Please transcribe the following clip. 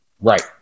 Right